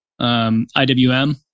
IWM